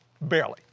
Barely